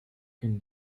can